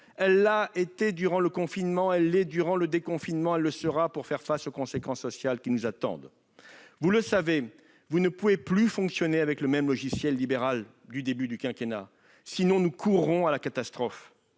Elle l'a été durant le confinement, elle l'est durant le déconfinement, elle le sera pour faire face aux conséquences sociales de la crise, qui sont devant nous. Vous le savez : vous ne pouvez plus fonctionner avec le logiciel libéral du début du quinquennat ; si vous persistez, nous courons à la catastrophe.